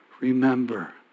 Remember